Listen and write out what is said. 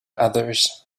others